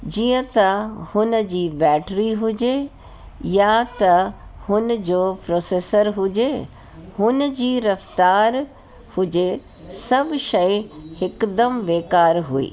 जीअं त हुन जी बैट्री हुजे या त हुन जो प्रोसेसर हुजे हुन जी रफ्तार हुजे सभु शइ हिकु दम बेकार हुई